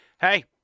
hey